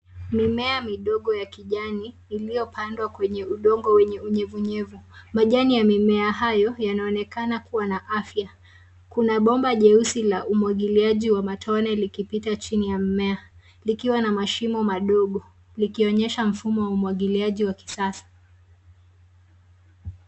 Mimea midogo ya kijani iliyopandwa kwenye udongo wenye unyevunyevu. Majani ya mimea hayo yanawanekana kuwa na afya. Kuna bomba jeusi la umwagiliaji wa matone likipita chini ya mimea. Likiwa na mashimo madogo. Likionyesha mfuma umwagiliaji wa kisasa.